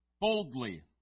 boldly